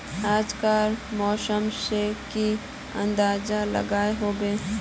आज कार मौसम से की अंदाज लागोहो होबे?